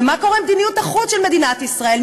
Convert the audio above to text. ומה קורה עם מדיניות החוץ של מדינת ישראל?